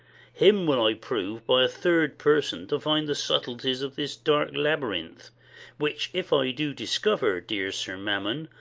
him will i prove, by a third person, to find the subtleties of this dark labyrinth which if i do discover, dear sir mammon,